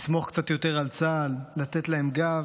לסמוך קצת יותר על צה"ל, לתת להם גב,